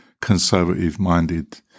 conservative-minded